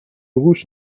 گوش